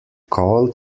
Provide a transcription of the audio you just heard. called